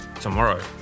tomorrow